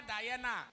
Diana